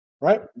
right